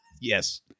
Yes